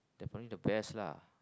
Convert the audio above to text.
definitely the best lah